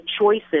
choices